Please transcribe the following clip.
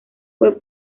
web